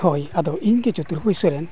ᱦᱳᱭ ᱟᱫᱚ ᱤᱧᱜᱮ ᱪᱚᱛᱩᱨᱵᱷᱩᱡᱽ ᱥᱚᱨᱮᱱ